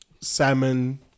Salmon